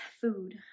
food